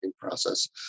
process